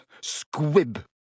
squib